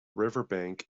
riverbank